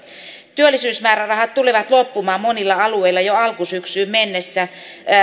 työllisyysmäärärahat tulevat loppumaan monilla alueilla jo alkusyksyyn mennessä